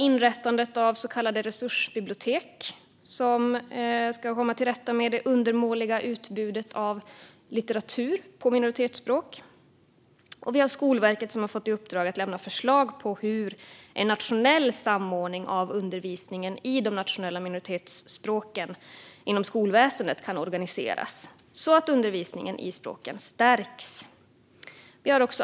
Inrättandet av så kallade resursbibliotek ska komma till rätta med det undermåliga utbudet av litteratur på minoritetsspråk. Skolverket har fått i uppdrag att lämna förslag på hur en nationell samordning av undervisningen i de nationella minoritetsspråken inom skolväsendet kan organiseras så att undervisningen i språken stärks.